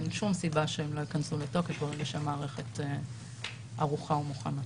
אין שום סיבה שהן לא ייכנסו לתוקף ברגע שהמערכת ערוכה ומוכנה.